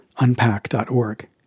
unpack.org